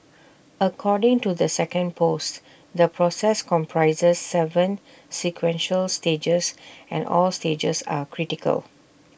according to the second post the process comprises Seven sequential stages and all stages are critical